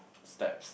steps